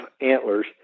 antlers